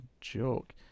joke